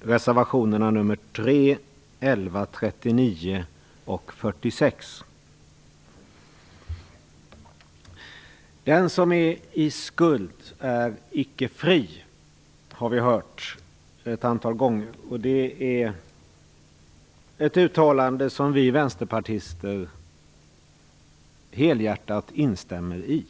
reservationerna 3, 11, 39 och 46. Den som är i skuld är icke fri. Det har vi hört ett antal gånger. Det är ett uttalande som vi vänsterpartister helhjärtat instämmer i.